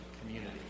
community